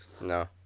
no